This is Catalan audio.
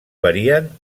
varien